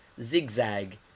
zigzag